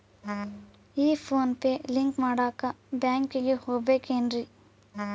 ಈ PhonePe link ಮಾಡಾಕ ಬ್ಯಾಂಕಿಗೆ ಹೋಗ್ಬೇಕೇನ್ರಿ?